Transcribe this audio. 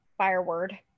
fireword